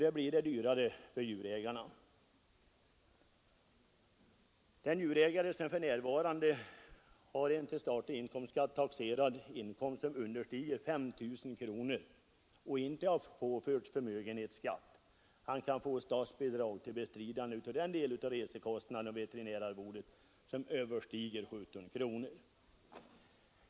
Det blir på det sättet dyrare för djurägarna. Den djurägare som för närvarande har en till statlig inkomstskatt taxerad inkomst som understiger 5 000 kronor och inte har påförts förmögenhetsskatt kan få statsbidrag till bestridande av den del av resekostnader och veterinärarvode som överstiger 17 kronor.